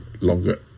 longer